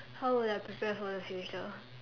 how will I prepare for the future